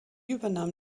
übernahm